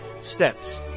Steps